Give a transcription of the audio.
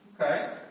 Okay